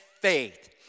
faith